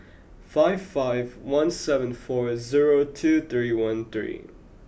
five five one seven four zero two three one three